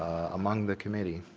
among the committee,